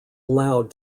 allowed